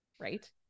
right